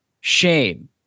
shame